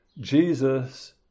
Jesus